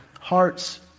hearts